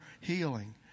healing